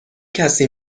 کسی